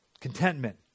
contentment